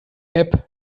app